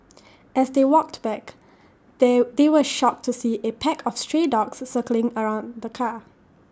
as they walked back they they were shocked to see A pack of stray dogs circling around the car